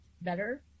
better